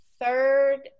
third